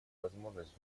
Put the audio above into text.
возможность